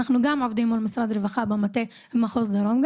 אנחנו גם עובדים מול משרד הרווחה במטה של מחוז דרום,